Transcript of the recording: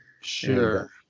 Sure